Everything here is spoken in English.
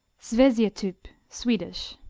sveciatyp swedish